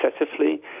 excessively